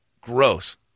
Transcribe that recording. Gross